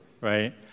right